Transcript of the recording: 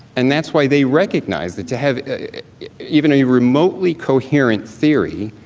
and that's why they recognize that to have even a remotely coherent theory,